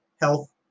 health